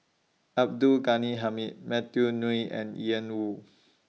Abdul Ghani Hamid Matthew Ngui and Ian Woo